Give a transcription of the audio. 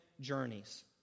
journeys